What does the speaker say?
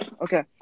Okay